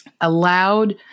allowed